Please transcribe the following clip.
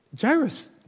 Jairus